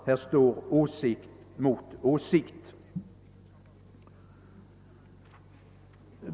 Här står åsikt mot åsikt.